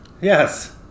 Yes